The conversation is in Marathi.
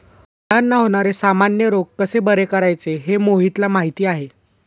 फळांला होणारे सामान्य रोग कसे बरे करायचे हे मोहितला माहीती आहे